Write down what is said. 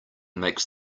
makes